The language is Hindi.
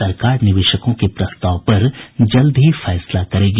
सरकार निवेशकों के प्रस्ताव पर जल्द ही फैसला करेगी